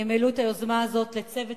העלו את היוזמה הזאת לצוות